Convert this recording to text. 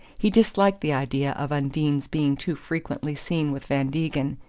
he disliked the idea of undine's being too frequently seen with van degen,